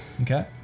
Okay